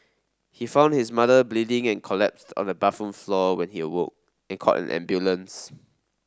he found his mother bleeding and collapsed on the bathroom floor when he awoke and called an ambulance